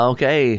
Okay